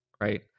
Right